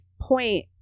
point